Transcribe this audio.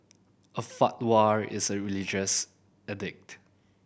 a fatwa is a religious edict